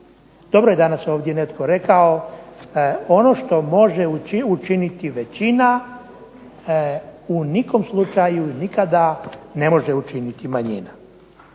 Dobro je danas ovdje netko rekao ono što može u činiti većina u nikom slučaju nikada ne može učiniti manjina.